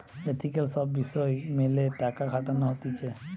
ethical সব বিষয় মেলে টাকা খাটানো হতিছে